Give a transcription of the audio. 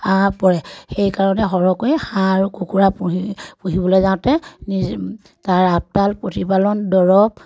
পৰে সেইকাৰণে সৰহকৈ হাঁহ আৰু কুকুৰা পুহি পুহিবলৈ যাওঁতে নিজে তাৰ আপদাল প্ৰতিপালন দৰছ